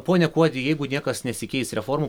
pone kuodi jeigu niekas nesikeis reformų